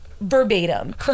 verbatim